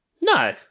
No